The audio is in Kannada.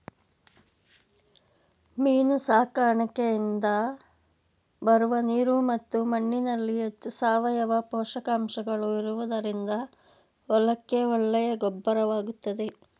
ಮೀನು ಸಾಕಣೆಯಿಂದ ಬರುವ ನೀರು ಮತ್ತು ಮಣ್ಣಿನಲ್ಲಿ ಹೆಚ್ಚು ಸಾವಯವ ಪೋಷಕಾಂಶಗಳು ಇರುವುದರಿಂದ ಹೊಲಕ್ಕೆ ಒಳ್ಳೆಯ ಗೊಬ್ಬರವಾಗುತ್ತದೆ